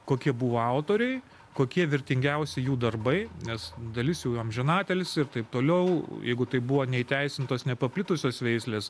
kokie buvo autoriai kokie vertingiausi jų darbai nes dalis jų amžinatilsį ir taip toliau jeigu tai buvo neįteisintos nepaplitusios veislės